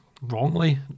wrongly